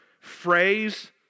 phrase